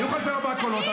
היו חסרים ארבעה קולות,